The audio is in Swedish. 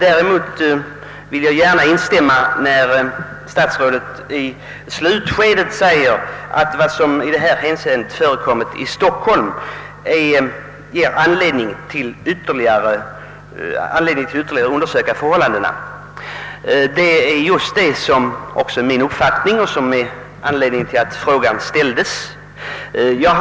Men när det alltså gäller Stockholm vill jag gärna instämma i statsrådets uttalande i slutet av svaret, att vad som i detta hänseende förekommit i Stockholm ger anledning att ytterligare undersöka förhållandena. Detta är just min uppfattning, och det är också orsaken till att jag ställde frågan.